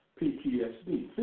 PTSD